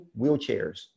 wheelchairs